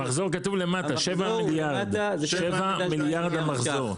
המחזור כתוב למטה, שבעה מיליארד המחזור.